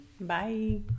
Bye